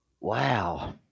wow